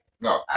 no